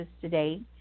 today